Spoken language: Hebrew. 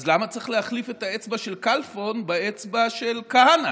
אז למה צריך להחליף את האצבע של כלפון באצבע של כהנא,